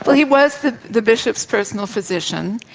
ah he was the the bishop's personal physician,